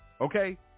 Okay